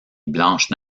blanche